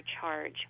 charge